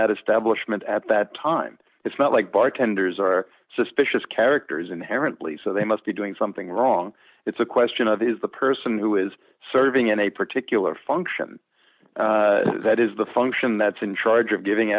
that establishment at that time it's not like bartenders are suspicious characters inherently so they must be doing something wrong it's a question of is the person who is serving in a particular function that is the function that's in charge of giving